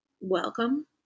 welcome